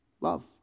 Love